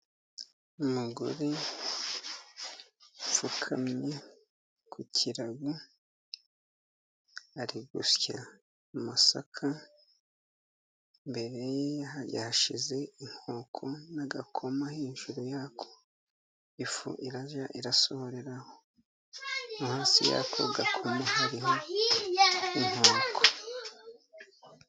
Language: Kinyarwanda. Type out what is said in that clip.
Umugore upfukamye ku kirago ari gusya amasaka, imbere ye yahashyize inkoko n'agakoma, hejuru yako ifu irajya irasohorera, munsi y'ako gakoma hariho inkoko.